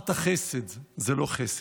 אמרת "חסד" זה לא חסד.